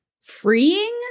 freeing